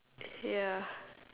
ya